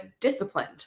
disciplined